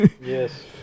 yes